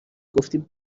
گفتی